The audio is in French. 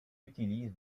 utilise